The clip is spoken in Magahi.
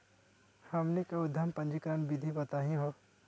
हमनी के उद्यम पंजीकरण के विधि बताही हो?